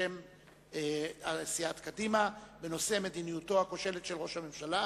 לשוב ולהיות מציע של הצעת חוק התקשורת